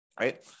right